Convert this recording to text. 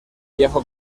viejo